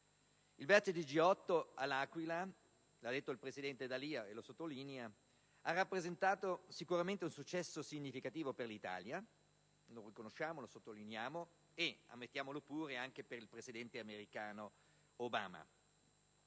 Il vertice G8 a L'Aquila - lo ha sottolineato il presidente D'Alia - ha rappresentato sicuramente un successo significativo per l'Italia - lo riconosciamo, lo sottolineiamo - e, ammettiamolo pure, anche per il presidente americano Obama.